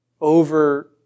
over